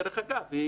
דרך אגב,